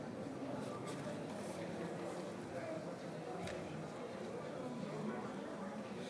הצעת החוק של יואל חסון, 24,